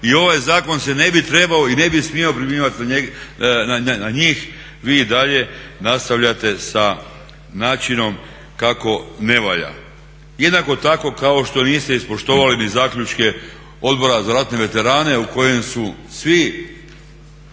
i ovaj zakon se ne bi trebao i ne bi smio primjenjivati na njih. Vi i dalje nastavljate sa načinom kako ne valja. Jednako tako kao što niste ispoštovali ni zaključke Odbora za ratne veterane u kojem su svi